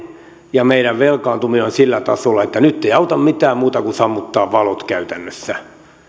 ja meidän velkaantumisemme on sillä tasolla että nyt ei auta mitään muuta kuin sammuttaa valot käytännössä